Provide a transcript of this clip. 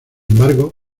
embargo